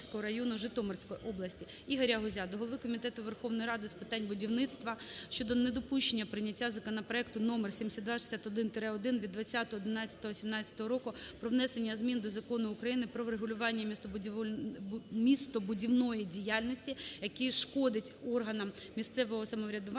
ІгоряГузя до голови Комітету Верховної Ради з питань будівництва щодо недопущення прийняття законопроекту № 7266-1 від 20.11.2017 року "Про внесення змін до Закону України" "Про регулювання містобудівної діяльності", який школить органам місцевого самоврядування